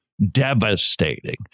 devastating